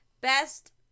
Best